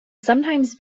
sometimes